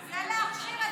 זה להכשיר את,